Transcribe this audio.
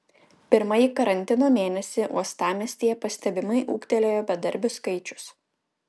pirmąjį karantino mėnesį uostamiestyje pastebimai ūgtelėjo bedarbių skaičius